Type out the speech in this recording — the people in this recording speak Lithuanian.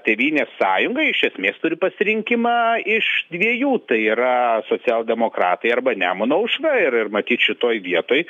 tėvynės sąjungai iš esmės turi pasirinkimą iš dviejų tai yra socialdemokratai arba nemuno aušra ir ir matyt šitoj vietoj